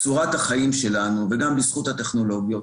צורת החיים שלנו וגם בזכות הטכנולוגיות,